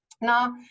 Now